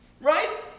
Right